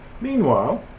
Meanwhile